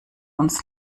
uns